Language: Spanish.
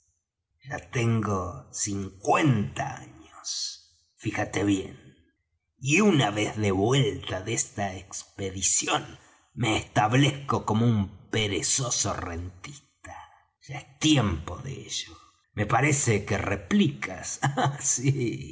ya tengo cincuenta años fíjate bien y una vez de vuelta de esta expedición me establezco como un perezoso rentista ya es tiempo de ello me parece que replicas ah sí